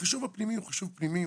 החישוב הפנימי הוא חישוב פנימי,